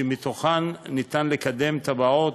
שמהן אפשר לקדם תב"עות,